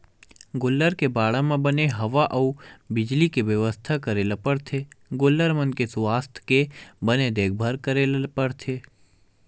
गोल्लर के बाड़ा म बने हवा अउ बिजली के बेवस्था करे ल परथे गोल्लर मन के सुवास्थ के बने देखभाल करे ल परथे